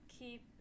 keep